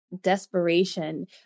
desperation